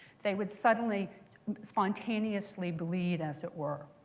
they would suddenly spontaneously bleed as it were.